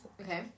Okay